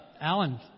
Alan